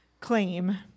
claim